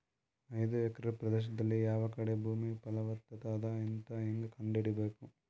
ಐದು ಎಕರೆ ಪ್ರದೇಶದಲ್ಲಿ ಯಾವ ಕಡೆ ಭೂಮಿ ಫಲವತ ಅದ ಅಂತ ಹೇಂಗ ಕಂಡ ಹಿಡಿಯಬೇಕು?